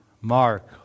mark